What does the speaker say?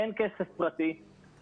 אין כסף פרטי,